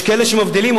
יש כאלה שאומרים: